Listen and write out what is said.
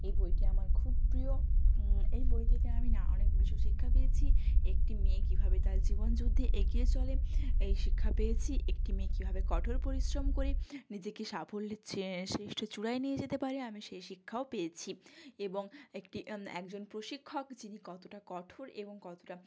এই বইটি আমার খুব প্রিয় এই বই থেকে আমি না অনেক কিছু শিক্ষা পেয়েছি একটি মেয়ে কীভাবে তার জীবন যুদ্ধে এগিয়ে চলে এই শিক্ষা পেয়েছি একটি মেয়ে কীভাবে কঠোর পরিশ্রম করে নিজেকে সাফল্যের ছে শেষ্ঠ চূড়ায় নিয়ে যেতে পারে আমি সেই শিক্ষাও পেয়েছি এবং একটি একজন প্রশিক্ষক যিনি কতটা কঠোর এবং কতটা